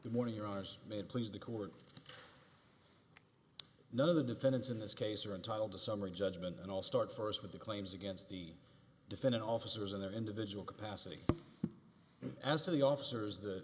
the morning your honour's made please the court none of the defendants in this case are entitled to summary judgment and i'll start first with the claims against the defendant officers in their individual capacity and as to the officers the